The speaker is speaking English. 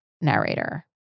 narrator